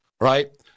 right